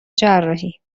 جراحی